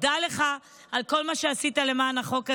תודה לך על כל מה שעשית למען החוק הזה.